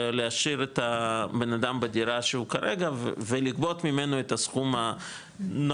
להשאיר את הבנאדם בדירה שהוא כרגע ולגבות ממנו את הסכום הנכון,